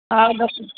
हा डॉक्टर